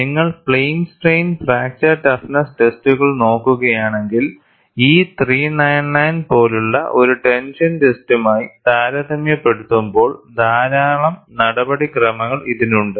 നിങ്ങൾ plane strain fracture toughness ടെസ്റ്റുകൾ നോക്കുകയാണെങ്കിൽ E 399 പോലുള്ള ഒരു ടെൻഷൻ ടെസ്റ്റുമായി താരതമ്യപ്പെടുത്തുമ്പോൾ ധാരാളം നടപടിക്രമങ്ങൾ ഇതിനുണ്ട്